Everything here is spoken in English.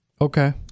Okay